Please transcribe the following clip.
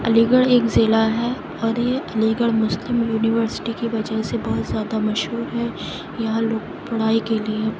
علی گڑھ ایک ضلع ہے اور یہ علی گڑھ مسلم یونیورسٹی کی وجہ سے بہت زیادہ مشہور ہے یہاں لوگ پڑھائی کے لیے